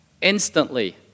instantly